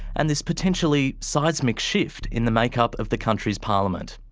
and this potentially seismic shift in the make-up of the country's parliament.